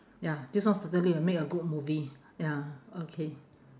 ya this one certainly will make a good movie ya okay